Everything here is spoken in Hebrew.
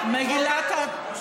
היא מי בעד או נגד מגילת העצמאות,